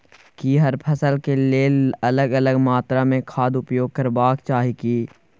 की हर फसल के लेल अलग अलग मात्रा मे खाद उपयोग करबाक चाही की?